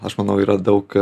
aš manau yra daug